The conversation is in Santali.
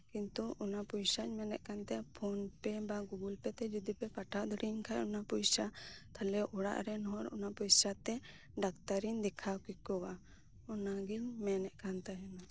ᱠᱤᱱᱛᱩ ᱚᱱᱟ ᱯᱚᱭᱥᱟᱧ ᱢᱮᱱᱮᱫ ᱠᱟᱱᱛᱟᱦᱮᱱᱟ ᱯᱷᱚᱱ ᱯᱮ ᱵᱟ ᱜᱩᱜᱚᱞᱯᱮ ᱛᱮ ᱡᱚᱫᱤᱯᱮ ᱯᱟᱴᱷᱟᱣ ᱫᱟᱲᱤᱭᱟᱹᱧ ᱠᱷᱟᱡ ᱚᱱᱟ ᱯᱚᱭᱥᱟ ᱛᱟᱦᱚᱞᱮ ᱚᱲᱟᱜ ᱨᱮᱱ ᱦᱚᱲ ᱚᱱᱟ ᱯᱚᱭᱥᱟ ᱛᱮ ᱰᱟᱠᱛᱟᱨᱤᱧ ᱫᱮᱠᱷᱟᱣ ᱠᱮᱠᱩᱣᱟ ᱚᱱᱟᱜᱤᱧ ᱢᱮᱱᱮᱫ ᱠᱟᱱᱛᱟᱦᱮᱱᱟ